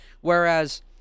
whereas